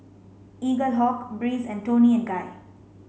Eaglehawk Breeze and Toni and Guy